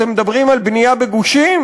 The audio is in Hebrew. אתם מדברים על בנייה בגושים?